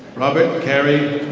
robert perry